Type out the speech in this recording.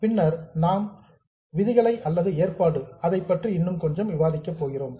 பின்னர் நாம் புரோவிஷன் விதிகளை அல்லது ஏற்பாடு அதைப் பற்றி இன்னும் கொஞ்சம் விவாதிக்கப் போகிறோம்